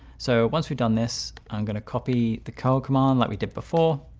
so once we've done this, i'm going to copy the call command like we did before.